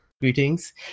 Greetings